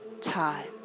time